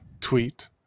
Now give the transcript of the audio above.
Tweet